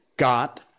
got